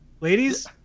ladies